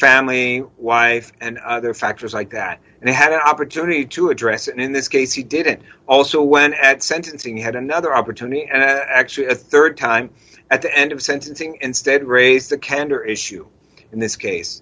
family wife and other factors like that and had an opportunity to address and in this case he didn't also when at sentencing you had another opportunity and actually a rd time at the end of sentencing instead raised the candor issue in this case